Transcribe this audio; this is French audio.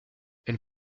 elle